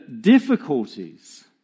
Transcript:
difficulties